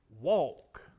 walk